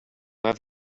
have